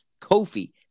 Kofi